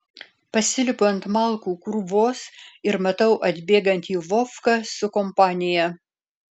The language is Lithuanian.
pasilipu ant malkų krūvos ir matau atbėgantį vovką su kompanija